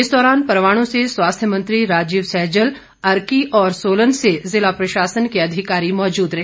इस दौरान परवाणु से स्वास्थ्य मंत्री राजीव सैजल अर्की और सोलन से जिला प्रशासन के अधिकारी मौजूद रहे